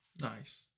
Nice